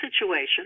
situation